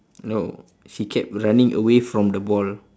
no she kept running away from the ball